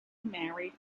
married